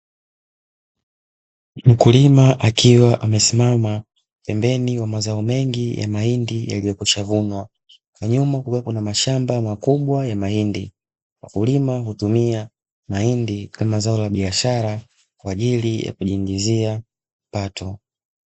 Mkulima akiwa amesimama pembeni ya mazao mengi ya mahindi yaliyokwisha vunwa kwa nyuma kukiwa kuna mashamba makubwa ya mahindi, wakulima hutumia mahindi kama zao la biashara kwajili ya kujiingizia kipato.